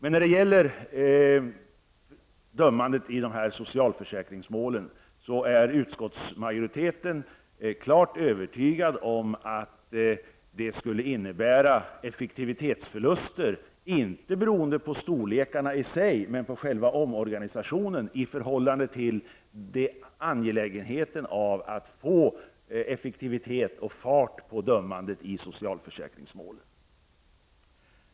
När det gäller dömandet i socialförsäkringsmålen är utskottets majoritet övertygad om att det skulle innebära effektivitetsförluster, inte beroende på storlekarna i sig utan på själva omorganisationen i förhållande till angelägenheten av att få effektivitet och fart på dömandet i socialförsäkringsmålen.